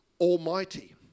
Almighty